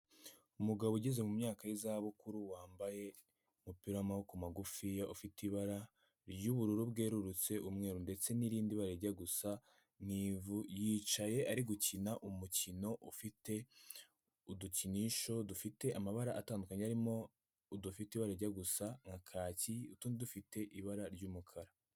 Umugabo ugeze mu myaka y'izabukuru wambaye umupira w'amaboko magufiya ufite ibara ry'ubururu bwerurutse, umweru ndetse n'irindi rijya gusa n'ivu yicaye ari gukina umukino ufite udukinisho dufite amabara atandukanye harimo udufite ibara rijya gusa nka kaki, utundi dufite ibara ry'umukara.